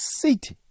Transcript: city